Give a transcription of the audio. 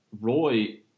Roy